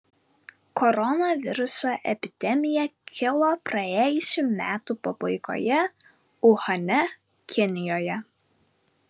koronaviruso epidemija kilo praėjusių metų pabaigoje uhane kinijoje